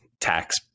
tax